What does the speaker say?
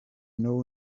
know